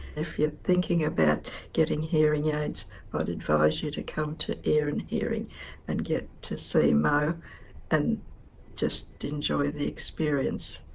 if you're thinking about getting hearing aids i'd but advise you to come to ear and hearing and get to see moh and just enjoy the experience.